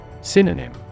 Synonym